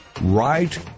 Right